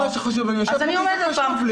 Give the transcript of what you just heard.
אני יושב ושומע את הדברים.